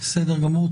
בסדר גמור.